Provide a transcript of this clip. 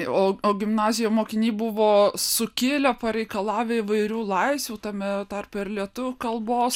o o gimnazijoje mokiniai buvo sukėlę pareikalavę įvairių laisvių tame tarpe ir lietuvių kalbos